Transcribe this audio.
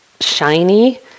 shiny